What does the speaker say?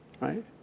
right